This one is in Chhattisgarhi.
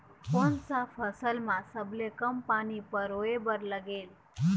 कोन सा फसल मा सबले कम पानी परोए बर लगेल?